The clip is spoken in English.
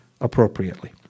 appropriately